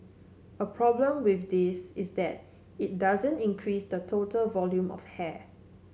a problem with this is that it doesn't increase the total volume of hair